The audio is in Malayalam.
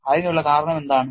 അതിനുള്ള കാരണം എന്താണ്